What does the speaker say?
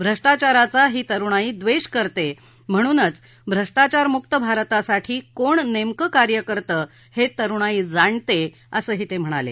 भ्रष्टाचाराचा ही तरुणाई द्वेष करते म्हणूनच भ्रष्टाचार मुक्त भारतासाठी कोण कार्य करतं हे तरुणाई जाणते असंही ते म्हणाले